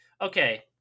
Okay